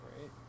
right